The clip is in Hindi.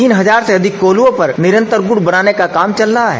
तीन हजार से अधिक कोल्हुओं पर निरंतर गुड़ बनाने का काम चल रहा है